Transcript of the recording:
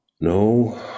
No